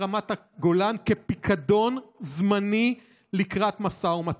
רמת הגולן כפיקדון זמני לקראת משא ומתן.